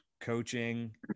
coaching